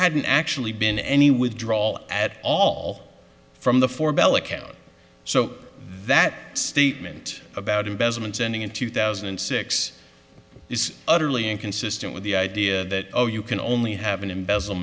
hadn't actually been any withdrawal at all from the four bell account so that statement about investments ending in two thousand and six is utterly inconsistent with the idea that oh you can only have an embezzle